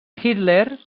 hitler